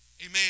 amen